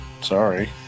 sorry